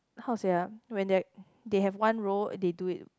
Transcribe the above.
how sia when they they have one row they do it